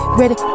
ready